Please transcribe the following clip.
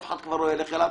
אף אחד כבר לא ילך אליו.